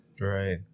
right